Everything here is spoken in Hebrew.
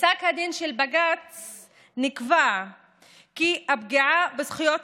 בפסק הדין של בג"ץ נקבע כי הפגיעה בזכויות